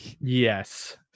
Yes